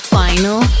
final